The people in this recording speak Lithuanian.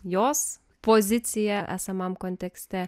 jos poziciją esamam kontekste